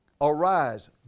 Arise